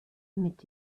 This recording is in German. mit